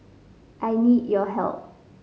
I need your help